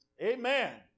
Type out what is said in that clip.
Amen